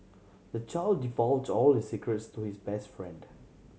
the child divulge all his secrets to his best friend